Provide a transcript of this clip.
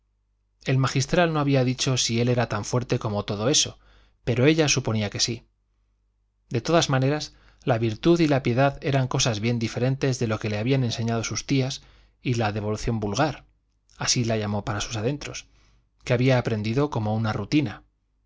el magistral no había dicho si él era tan fuerte como todo eso pero ella suponía que sí de todas maneras la virtud y la piedad eran cosas bien diferentes de lo que le habían enseñado sus tías y la devoción vulgar así la llamó para sus adentros que había aprendido como una rutina